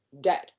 dead